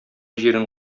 җирең